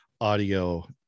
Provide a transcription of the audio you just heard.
audio